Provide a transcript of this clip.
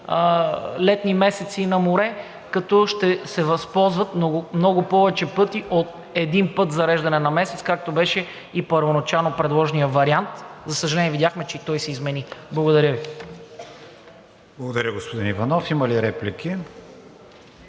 летни месеци на море, като ще се възползват много повече пъти от един път за зареждане на месец, както беше и в първоначално предложения вариант. За съжаление, видяхме, че и той се измени. Благодаря Ви. ПРЕДСЕДАТЕЛ КРИСТИАН ВИГЕНИН: Благодаря, господин Иванов. Има ли реплики?